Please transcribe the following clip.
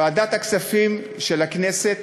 ועדת הכספים של הכנסת